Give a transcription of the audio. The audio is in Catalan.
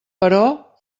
però